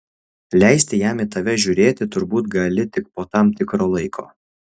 leisti jam į tave žiūrėti turbūt gali tik po tam tikro laiko